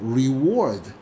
reward